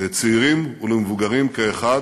לצעירים ולמבוגרים כאחד,